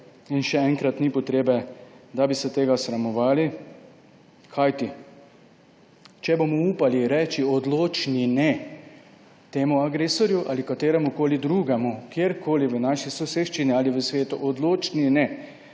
Še enkrat, ni potrebe, da bi se tega sramovali. Kajti če bomo upali reči odločen ne temu agresorju ali kateremukoli drugemu kjerkoli v naši soseščini ali v svetu, odločen ne,